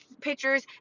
pictures